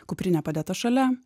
kuprinė padėta šalia